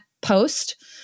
post